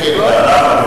כן, כן.